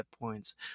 points